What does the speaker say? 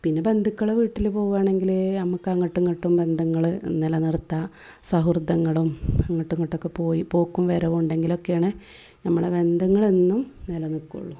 പിന്നെ ബന്ധുക്കളെ വീട്ടിൽ പോവുവാണെങ്കിൽ നമുക്ക് അങ്ങോട്ടും ഇങ്ങോട്ടും ബന്ധങ്ങൾ നിലനിർത്തുക സൗഹൃദങ്ങളും അങ്ങോട്ടും ഇങ്ങോട്ടും ഒക്കെ പോയി പോക്കും വരവും ഉണ്ടെങ്കിലൊക്കെയാണ് നമ്മളെ ബന്ധങ്ങൾ എന്നും നിലനിൽക്കുള്ളൂ